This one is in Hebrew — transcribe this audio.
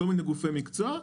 מכל מיני גופי מקצוע,